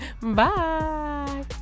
Bye